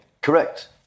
Correct